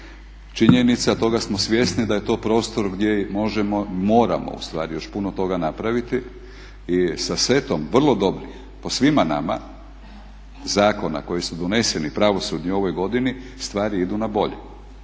činjenica, a toga smo svjesni da je to prostor gdje možemo, moramo ustvari još puno toga napraviti i sa setom vrlo dobrih po svima nama zakona koji su doneseni pravosudni u ovoj godini stvari idu na bolje.